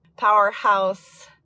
powerhouse